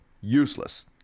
Useless